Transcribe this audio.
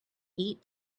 eat